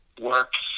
works